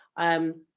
um.